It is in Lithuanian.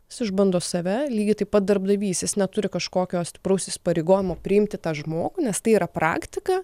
jis išbando save lygiai taip pat darbdavys jis neturi kažkokio stipraus įsipareigojimo priimti tą žmogų nes tai yra praktika